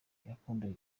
yakundaga